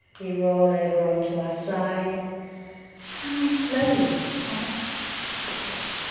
we roll over on to our side and we slowly come up to sit.